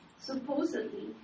supposedly